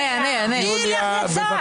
מי ילך לצה"ל?